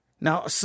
Now